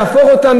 להפוך אותם,